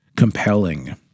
compelling